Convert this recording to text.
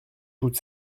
toutes